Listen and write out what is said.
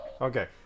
Okay